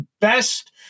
best